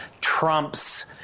trumps